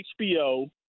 HBO